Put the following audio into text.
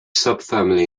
subfamily